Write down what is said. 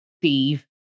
Steve